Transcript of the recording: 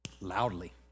loudly